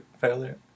failure